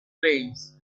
trains